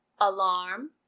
alarm